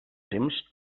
temps